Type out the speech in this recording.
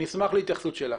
אני אשמח להתייחסותך.